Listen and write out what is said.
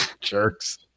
Jerks